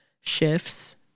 shifts